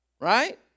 Right